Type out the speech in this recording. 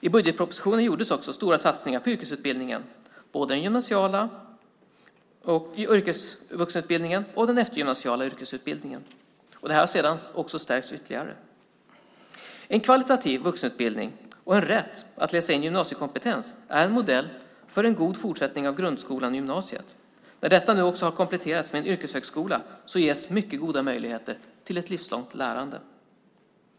I budgetpropositionen gjordes stora satsningar på yrkesutbildningen, både den gymnasiala yrkesvuxenutbildningen och den eftergymnasiala yrkesutbildningen. Detta har sedan stärkts ytterligare. En kvalitativ vuxenutbildning och en rätt att läsa in gymnasiekompetens är en modell för en god fortsättning på grundskolan och gymnasiet. När detta nu också har kompletterats med en yrkeshögskola ges mycket goda möjligheter till ett livslångt lärande.